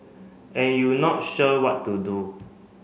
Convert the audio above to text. and you not sure what to do